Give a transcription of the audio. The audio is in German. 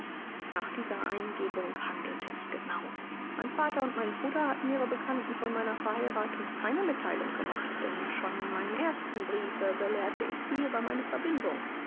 nach dieser eingebung handelte ich genau mein vater und mein bruder hatten ihren bekannten von meiner verheiratung keine mitteilung gemacht denn schon in meinem ersten briefe belehrte ich sie über meine verbindung